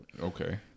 Okay